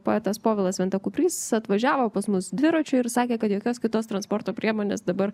poetas povilas venta kuprys atvažiavo pas mus dviračiu ir sakė kad jokios kitos transporto priemonės dabar